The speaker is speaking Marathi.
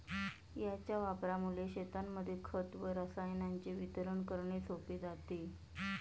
याच्या वापरामुळे शेतांमध्ये खत व रसायनांचे वितरण करणे सोपे जाते